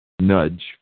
nudge